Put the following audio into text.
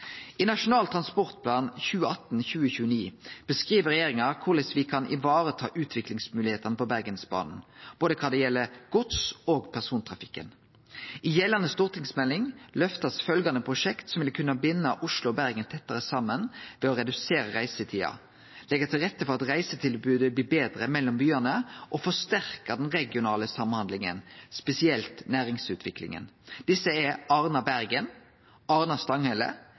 I Nasjonal transportplan 2018–2029 beskriv regjeringa korleis me kan vareta utviklingsmoglegheitene på Bergensbanen både kva gjeld gods- og persontrafikken. I den gjeldande stortingsmeldinga blir det løfta fram prosjekt som vil kunne binde Oslo og Bergen tettare saman ved å redusere reisetida, leggje til rette for at reisetilbodet blir betre mellom byane og forsterke den regionale samhandlinga, spesielt næringsutviklinga. Desse prosjekta er